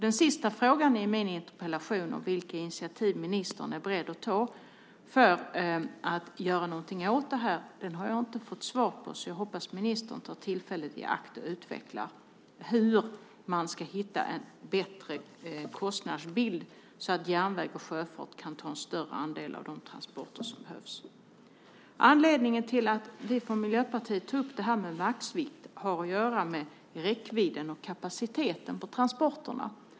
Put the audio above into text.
Den sista frågan i min interpellation om vilka initiativ ministern är beredd att ta för att göra något åt detta har jag inte fått svar på. Jag hoppas att ministern tar tillfället i akt och utvecklar hur man ska hitta en bättre kostnadsbild så att järnväg och sjöfart kan ta en större andel av de transporter som behövs. Att vi från Miljöpartiet tog upp frågan om maxvikt har att göra med räckvidden och kapaciteten på transporterna.